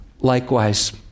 likewise